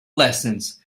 lessons